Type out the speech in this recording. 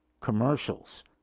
commercials